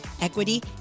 equity